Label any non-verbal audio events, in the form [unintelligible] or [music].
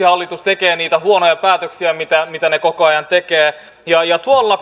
[unintelligible] hallitus tekee niitä huonoja päätöksiä joita se koko ajan tekee tuolla [unintelligible]